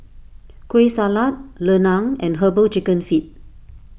Kueh Salat Lemang and Herbal Chicken Feet